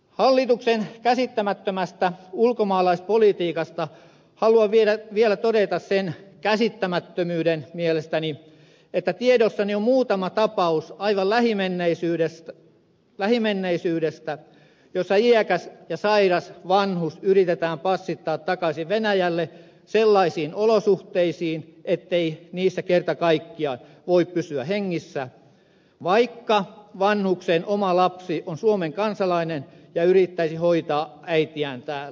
hallituksen käsittämättömästä ulkomaalaispolitiikasta haluan vielä todeta sen käsittämättömyyden mielestäni että tiedossani on muutama tapaus aivan lähimenneisyydestä jossa iäkäs ja sairas vanhus yritetään passittaa takaisin venäjälle sellaisiin olosuhteisiin ettei niissä kerta kaikkiaan voi pysyä hengissä vaikka vanhuksen oma lapsi on suomen kansalainen ja yrittäisi hoitaa äitiään täällä